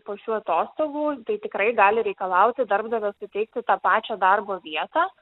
po šių atostogų tai tikrai gali reikalauti darbdavio suteikti tą pačią darbo vietą